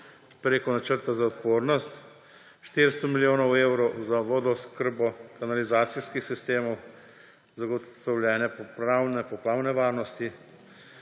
preko Načrta za odpornost, 400 milijonov evrov za vodooskrbo kanalizacijskih sistemov za zagotavljane poplavne varnosti.